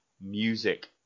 music